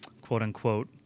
quote-unquote